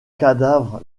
cadavres